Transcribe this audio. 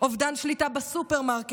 אובדן שליטה בסופרמרקט,